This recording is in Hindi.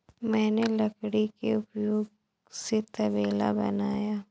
मैंने लकड़ी के उपयोग से तबेला बनाया